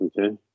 okay